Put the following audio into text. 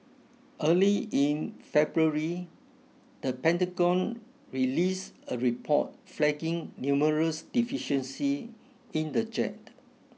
early in February the Pentagon released a report flagging numerous deficiencies in the jet